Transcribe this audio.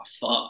fuck